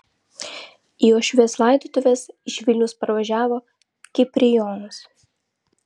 į uošvės laidotuves iš vilniaus parvažiavo kiprijonas